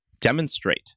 demonstrate